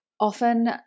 often